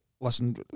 Listen